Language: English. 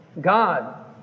God